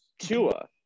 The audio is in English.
Tua